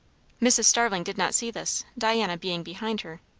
mrs. starling did not see this, diana being behind her.